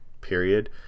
period